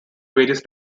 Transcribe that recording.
various